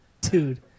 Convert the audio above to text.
Dude